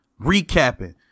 Recapping